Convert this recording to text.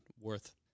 worth